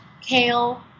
kale